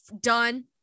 done